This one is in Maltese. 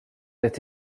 qed